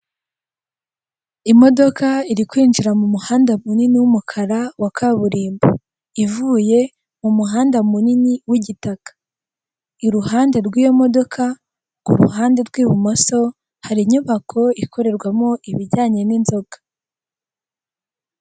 Imodoka iri kwinjira mu muhanda munini w'umukara wa kaburimbo, ivuye mu muhanda munini w'igitaka. Iruhande rw'iyo modoka ku ruhande rw'ibumoso hari inyubako ikorerwamo ibijyanye n'inzoga.